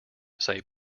say